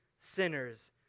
sinners